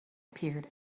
appeared